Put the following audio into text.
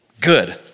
good